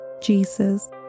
Jesus